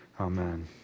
Amen